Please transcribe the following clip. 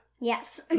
Yes